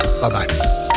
Bye-bye